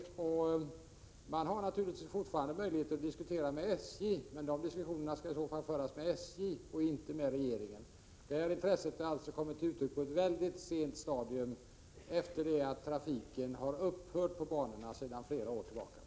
Kommunerna har naturligtvis fortfarande möjlighet att diskutera ärendet, men diskussionerna skall i så fall föras med SJ och inte med regeringen. Intresset har alltså kommit till uttryck på ett mycket sent stadium, efter det att trafiken sedan flera år tillbaka har upphört på banorna.